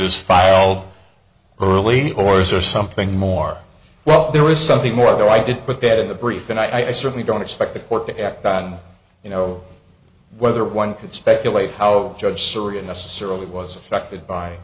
is filed early or is or something more well there is something more though i did put that in the brief and i certainly don't expect the court to act on you know whether one could speculate how judge serie a necessarily was affected by